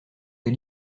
des